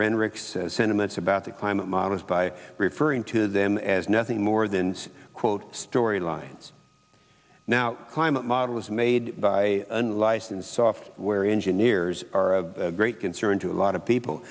says sentiments about the climate models by referring to them as nothing more than quote story lines now climate models made by unlicensed software engineers are of great concern to a lot of people